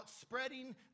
spreading